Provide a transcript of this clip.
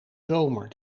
zomer